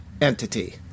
entity